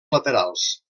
laterals